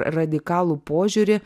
radikalų požiūrį